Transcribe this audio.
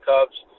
Cubs